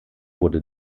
wurde